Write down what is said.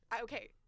Okay